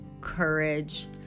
courage